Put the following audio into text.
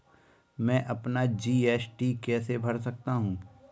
मैं अपना जी.एस.टी कैसे भर सकता हूँ?